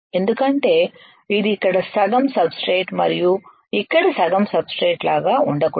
ఎందుకంటే ఇది ఇక్కడ సగం సబ్ స్ట్రేట్ మరియు ఇక్కడ సగం సబ్ స్ట్రేట్ లాగా ఉండకూడదు